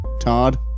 Todd